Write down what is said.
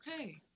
okay